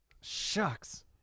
Shucks